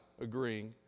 agreeing